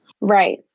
right